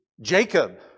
Jacob